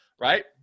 right